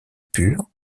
pur